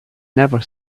never